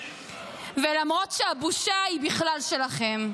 למרות שהבושה היא בכלל שלכם.